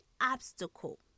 obstacle